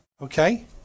Okay